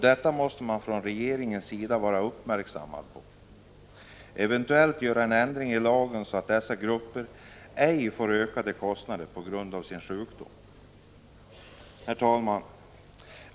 Detta måste regeringen vara uppmärksam på och eventuellt göra en ändring i lagen, så att dessa grupper ej får ökade kostnader på grund av sin sjukdom. Herr talman!